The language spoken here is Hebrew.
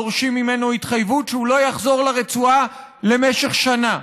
דורשים ממנו התחייבות שהוא לא יחזור לרצועה למשך שנה.